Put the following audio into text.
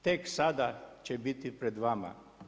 Tek sada će biti pred vama.